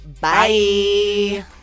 Bye